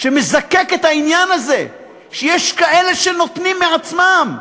מזקק את העניין הזה שיש כאלה שנותנים מעצמם.